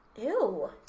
Ew